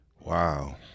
Wow